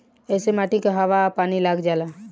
ऐसे माटी के हवा आ पानी लाग जाला